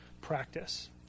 practice